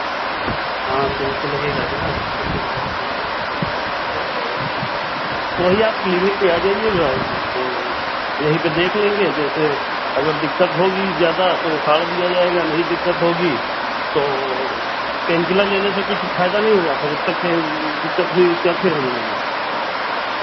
हाँ तो वो तो लगेगा ही ना दिक्कत जब होती है तो इसी तरीके से होता है वही क्लिनिक पे आ जाइएगा तो यही पे देख लेंगे जैसे अगर दिक्कत होगी ज़्यादा तो उखाड़ दिया जाएगा नहीं दिकक्त होगी तो पेन किलर लेने से कुछ फायदा नहीं हुआ था जब तक हैं दिक्कत हुई फिर उसके बाद होने लगी